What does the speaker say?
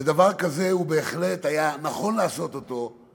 ודבר כזה בהחלט היה נכון לעשות אותו,